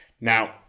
Now